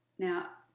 now,